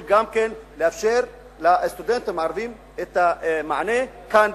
לאפשר לסטודנטים הערבים את המענה כאן,